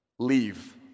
Leave